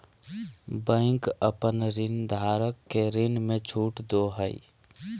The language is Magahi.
बैंक अपन ऋणधारक के ऋण में छुट दो हइ